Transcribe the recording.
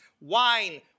Wine